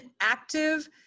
active